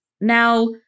now